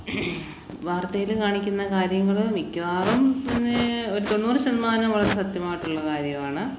വാർത്തയില് കാണിക്കുന്ന കാര്യങ്ങള് മിക്കവാറും പിന്നെ ഒരു തൊണ്ണൂറു ശതമാനം വളരെ സത്യമായിട്ടുള്ള കാര്യമാണ്